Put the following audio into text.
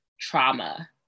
trauma